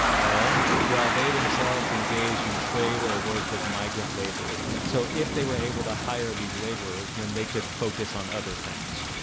all right while they themselves engaged in trade or worked as migrant laborers. so if they were able to hire these laborers and then they could focus on other things